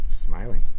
smiling